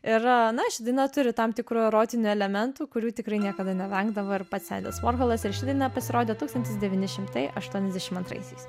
ir na šita daina turi tam tikrų erotinių elementų kurių tikrai niekada nevengdavo ir pats endis vorholas ir ši daina pasirodė tūkstantis devyni šimtai ašduoniasdešimt antraisias